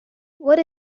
what